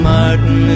Martin